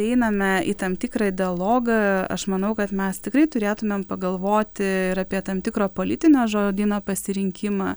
einame į tam tikrą dialogą aš manau kad mes tikrai turėtumėm pagalvoti ir apie tam tikro politinio žodyno pasirinkimą